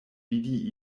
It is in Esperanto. vidi